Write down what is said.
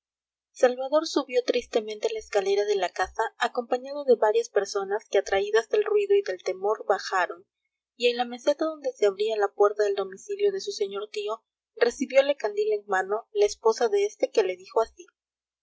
salvador subió tristemente la escalera de la casa acompañado de varias personas que atraídas del ruido y del temor bajaron y en la meseta donde se abría la puerta del domicilio de su señor tío recibiole candil en mano la esposa de este que le dijo así